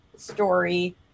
Story